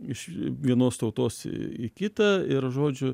iš vienos tautos į kitą ir žodžiu